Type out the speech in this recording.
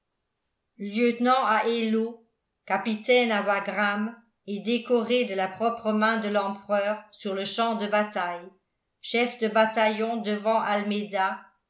lieutenant à eylau capitaine à wagram et décoré de la propre main de l'empereur sur le champ de bataille chef de bataillon devant almeida